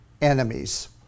enemies